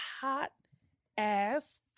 hot-ass